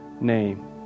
name